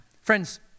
friends